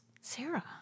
Sarah